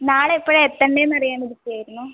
നാളെ എപ്പോഴാണ് എത്തേണ്ടതെന്നറിയാൻ വിളിച്ചതായിരുന്നു